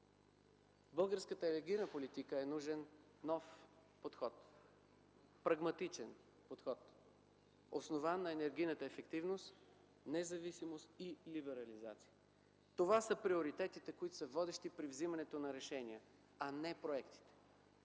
българската енергийна политика е нужен нов, прагматичен подход, основан на енергийната ефективност, независимост и либерализация. Това са приоритетите, които са водещи при вземането на решения, а не проектите.